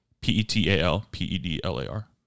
P-E-T-A-L-P-E-D-L-A-R